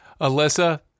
Alyssa